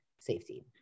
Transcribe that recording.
safety